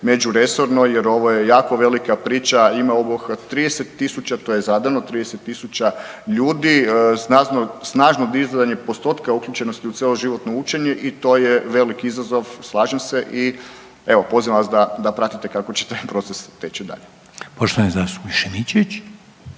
međuresorno jer ovo je jako velika priča, ima 30 tisuća, to je zadano 30 tisuća ljudi, snažno dizanje postotka, uključenost u cjeloživotno učenje i to je velik izazov slažem se i evo pozivam vas da, da pratite kako će taj proces teći dalje. **Reiner,